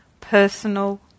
personal